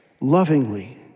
lovingly